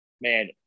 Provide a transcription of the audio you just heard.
man